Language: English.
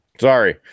Sorry